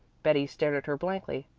betty stared at her blankly.